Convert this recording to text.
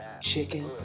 chicken